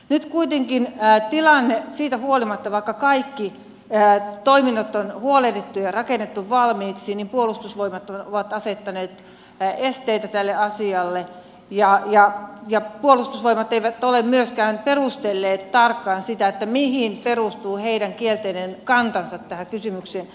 nyt kuitenkin tilanne siitä huolimatta vaikka kaikki toiminnot on huolehdittu ja rakennettu valmiiksi on se että puolustusvoimat on asettanut esteitä tälle asialle ja puolustusvoimat ei ole myöskään perustellut tarkkaan sitä mihin perustuu heidän kielteinen kantansa tähän kysymykseen